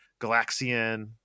Galaxian